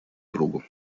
другу